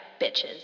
bitches